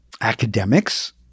academics